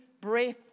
breath